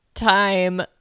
time